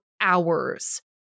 hours